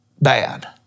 bad